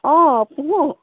অঁ পুহো